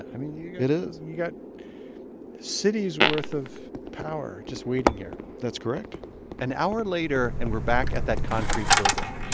i mean. it is you got cities' worth of power just waiting here that's correct an hour later and we're back at that concrete building,